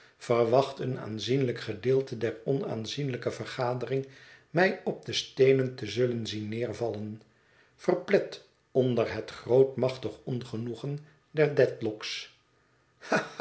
verwacht een aanzienlijk gedeelte der onaanzienlijke vergadering mij op de steenen te zullen zien neervallen verplet onder het grootmachtig ongenoegen